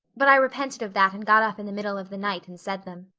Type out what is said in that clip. but i repented of that and got up in the middle of the night and said them.